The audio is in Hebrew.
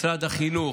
משרד החינוך,